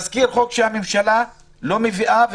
הממשלה לא מביאה תזכיר חוק.